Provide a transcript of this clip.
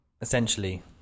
essentially